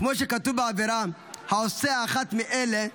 כמו שכתוב בעבירה, "העושה אחת מאלה,